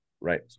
Right